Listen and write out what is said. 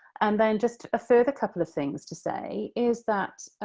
and then, just a further couple of things to say, is that,